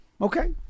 Okay